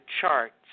charts